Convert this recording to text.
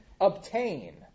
obtain